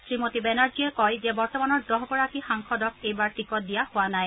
শ্ৰীমতী বেনাৰ্জীয়ে কয় যে বৰ্তমানৰ দহগৰাকী সাংসদক এইবাৰ টিকট দিয়া হোৱা নাই